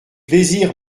plaisir